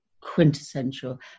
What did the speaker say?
quintessential